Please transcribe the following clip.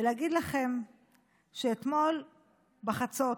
ולהגיד לכם שאתמול בחצות,